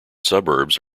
suburbs